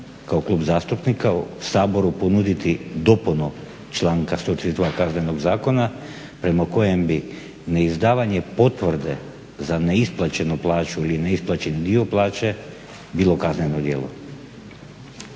Hvala i vama.